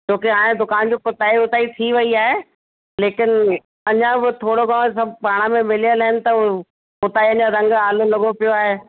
छो की हाणे दुकान जी पुता वुताई थी वई आहे लेकिन अञा बि थोरो कघणो सभु पाण में मिलियल आहिनि त हू पुताई जा रंग आलो लॻो पियो आहे